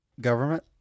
government